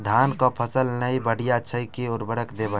धान कऽ फसल नै बढ़य छै केँ उर्वरक देबै?